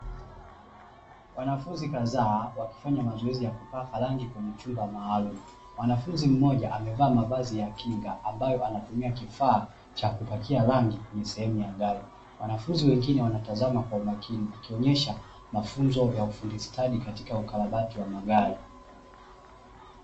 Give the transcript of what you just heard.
Wanafunzi kadhaa, wakifanya mazoezi ya kupaka rangi kwenye chumba maalumu, mwanafunzi mmoja amevaa mavazi ya kinga ambaye anatumia kifaa cha kupakia rangi kwenye sehemu ya gari, wanafunzi wengine wanatazama kwa umakini, ikionyesha mafunzo ya ufundi stadi katika ukarabati wa magari.